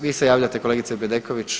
Vi se javljate kolegice Bedeković?